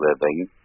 living